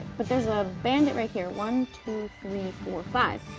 but there's a bandit right here. one, two, three, four, five,